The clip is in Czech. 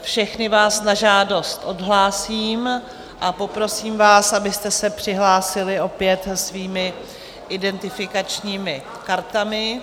Všechny vás na žádost odhlásím a poprosím, abyste se přihlásili opět svými identifikačními kartami.